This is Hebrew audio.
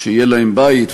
שיהיה להם בית,